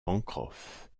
pencroff